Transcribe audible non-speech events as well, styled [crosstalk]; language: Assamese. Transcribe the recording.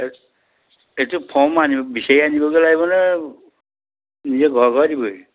[unintelligible] এইটো ফৰ্ম আনিব বিচাৰি আনিবগে লাগিব নে নিজে ঘৰে ঘৰে দিবহি